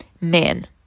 men